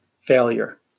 failure